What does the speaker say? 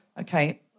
Okay